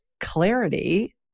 Clarity